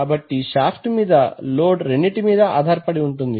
కాబట్టి షాఫ్ట్ మీద లోడ్ రెండింటి మీద ఆధారపడి ఉంటుంది